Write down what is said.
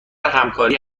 همکاری